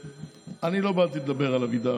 אני לא באתי לדבר על אבידר.